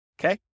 okay